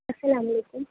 السّلام علیکم